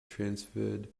transferred